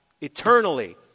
eternally